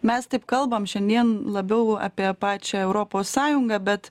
mes taip kalbam šiandien labiau apie pačią europos sąjungą bet